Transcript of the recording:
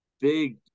big